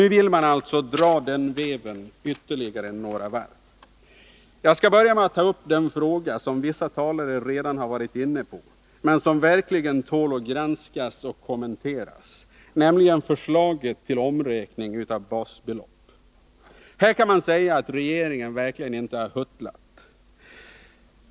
Nu vill man alltså dra den veven ytterligare några varv. Jag skall börja med att ta upp en fråga som vissa talare redan varit inne på men som verkligen tål att granskas och kommenteras, nämligen förslaget till omräkning av basbelopp. Här kan man säga att regeringen verkligen inte har huttlat.